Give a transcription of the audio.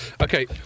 Okay